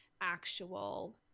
actual